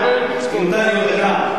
אורי אריאל.